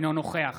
אינו נוכח